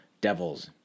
Devils